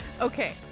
Okay